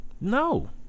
No